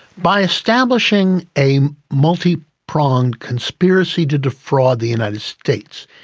by establishing a multi-pronged conspiracy to defraud the united states,